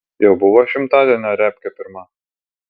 jau buvo šimtadienio repkė pirma